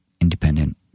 independent